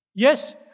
Yes